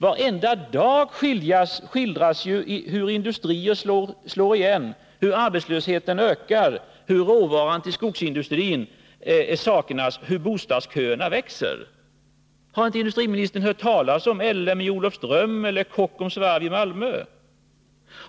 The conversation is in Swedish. Varenda dag skildras ju där hur industrier slår igen, hur arbetslösheten ökar, hur råvaran till skogsindustrin saknas och hur bostadsköerna växer. Har inte industriministefn hört talas om LM i Olofström eller Kockums Varv i Malmö?